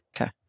Okay